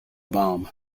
bomb